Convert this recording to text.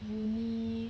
newly